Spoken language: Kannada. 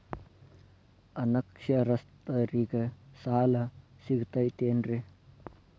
ಅನಕ್ಷರಸ್ಥರಿಗ ಸಾಲ ಸಿಗತೈತೇನ್ರಿ?